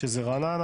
שזה רעננה,